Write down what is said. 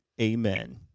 amen